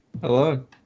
Hello